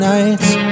Nights